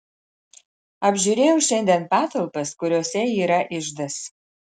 apžiūrėjau šiandien patalpas kuriose yra iždas